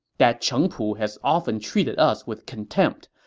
that cheng pu has often treated us with contempt,